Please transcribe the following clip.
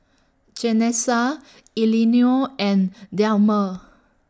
Janessa Elinor and Delmer